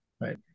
Right